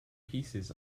pieces